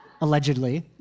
Allegedly